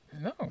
No